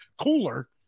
cooler